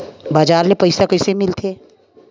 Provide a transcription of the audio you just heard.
बजार ले पईसा कइसे मिलथे?